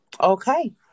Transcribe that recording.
Okay